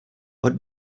what